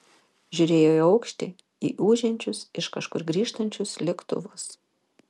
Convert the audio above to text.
žiūrėjo į aukštį į ūžiančius iš kažkur grįžtančius lėktuvus